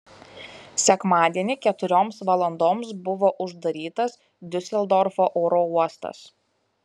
sekmadienį keturioms valandoms buvo uždarytas diuseldorfo oro uostas